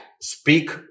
speak